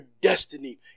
destiny